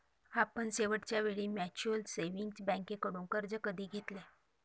आपण शेवटच्या वेळी म्युच्युअल सेव्हिंग्ज बँकेकडून कर्ज कधी घेतले?